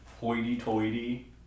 hoity-toity